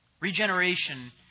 Regeneration